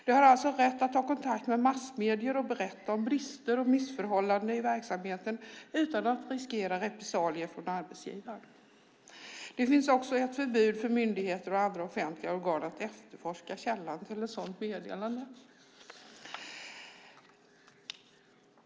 De har alltså rätt att ta kontakt med massmedier och berätta om brister och missförhållanden i verksamheten utan att riskera repressalier från arbetsgivaren. Det finns också ett förbud för myndigheter och andra offentliga organ att efterforska källan till ett sådant meddelande.